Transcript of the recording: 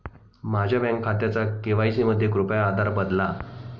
माझ्या बँक खात्याचा के.वाय.सी मध्ये कृपया आधार बदला